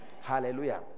hallelujah